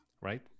right